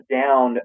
down